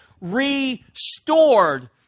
restored